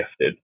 gifted